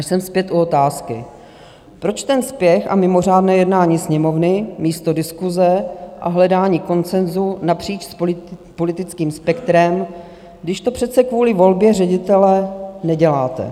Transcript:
A jsem zpět u otázky, proč ten spěch a mimořádné jednání Sněmovny místo diskuse a hledání konsenzu napříč politickým spektrem, když to přece kvůli volbě ředitele neděláte.